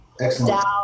Excellent